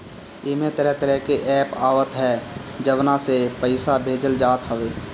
एमे तरह तरह के एप्प आवत हअ जवना से पईसा भेजल जात हवे